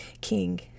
king